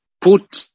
Put